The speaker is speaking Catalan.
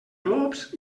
glops